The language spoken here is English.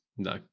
No